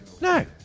No